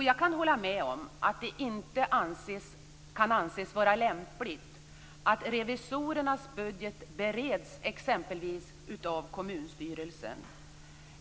Jag kan hålla med om att det inte kan anses vara lämpligt att revisorernas budget bereds exempelvis av kommunstyrelsen.